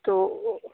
تو